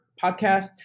podcast